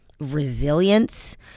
Resilience